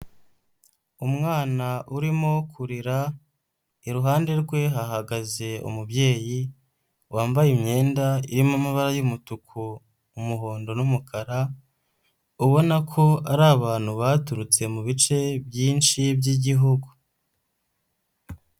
Umwana urimo kurira, iruhande rwe hagaze umubyeyi wambaye imyenda irimo amabara y'umutuku umuhondo n'umukara, ubona ko ari abantu baturutse muce byinshi by'igihugu.